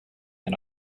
and